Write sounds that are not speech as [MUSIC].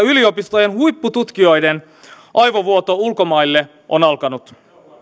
[UNINTELLIGIBLE] yliopistojen huippututkijoiden aivovuoto ulkomaille on alkanut